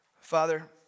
Father